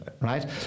right